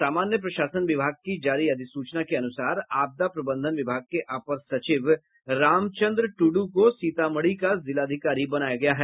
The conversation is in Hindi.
सामान्य प्रशासन विभाग की जारी अधिसूचना के अनुसार आपदा प्रबंधन विभाग के अपर सचिव रामचंद्र टुड् को सीतामढ़ी का जिलाधिकारी बनाया गया है